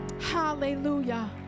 hallelujah